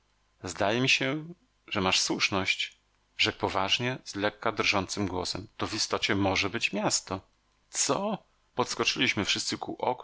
zdaje mi się że masz słuszność rzekł poważnie z lekka drżącym głosem to w istocie może być miasto co poskoczyliśmy wszyscy